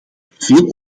veel